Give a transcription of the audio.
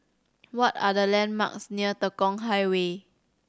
what are the landmarks near Tekong Highway